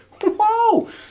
Whoa